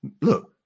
Look